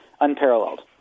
unparalleled